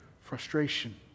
frustration